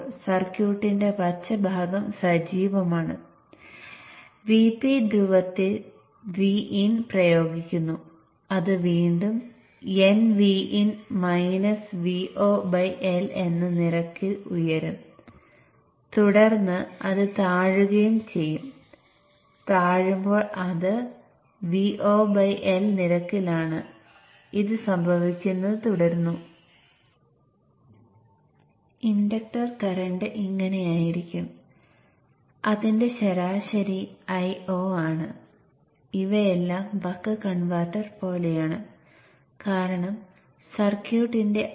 dot end positive ആയതിനാൽ ഈ dot end positive ആണ് ബ്ലൂ ഡയോഡ് കണ്ടക്ട് ചെയ്യും